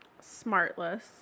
Smartless